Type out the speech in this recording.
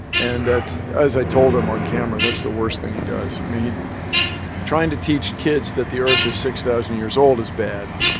and that's as i told him on camera, that's the worst thing he does. i mean, he trying to teach kids that the earth is six thousand years old is bad,